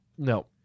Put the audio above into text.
no